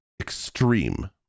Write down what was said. extreme